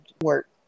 Work